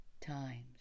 times